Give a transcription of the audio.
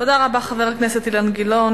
תודה רבה, חבר הכנסת אילן גילאון.